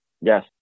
Yes